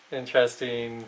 interesting